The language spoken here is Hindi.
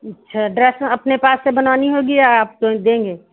अच्छा ड्रेस अपने पास से बनवानी होगी या आप तो देंगे